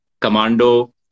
commando